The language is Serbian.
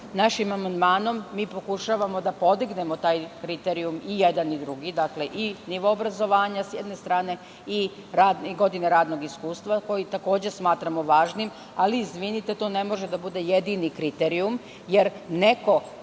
Našim amandmanom mi pokušavamo da podignemo taj kriterijum i jedan i drugi, dakle, i nivo obrazovanja s jedne strane i godine radnog iskustva, koji takođe smatramo važnim, ali izvinite, to ne može da bude jedini kriterijum, jer neko